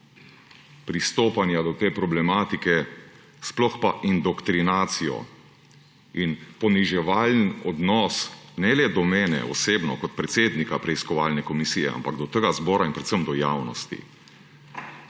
pristopanja do te problematike, sploh pa indoktrinacijo in poniževalen odnos ne le do mene osebno kot predsednika preiskovalne komisije, ampak do tega zbora in predvsem do javnosti.